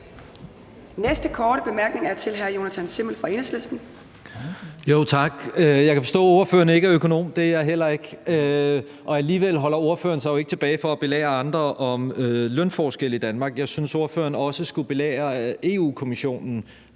næste korte bemærkning er til Jonathan Simmel fra Enhedslisten. Kl. 18:07 Jonathan Simmel (EL): Tak. Jeg kan forstå, at ordføreren ikke er økonom – det er jeg heller ikke – og alligevel holder ordføreren sig jo ikke tilbage med at belære andre om lønforskelle i Danmark. Jeg synes også, ordføreren skulle belære Europa-Kommissionen,